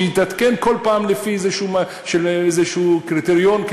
שיתעדכן כל פעם לפי קריטריון כלשהו,